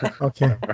Okay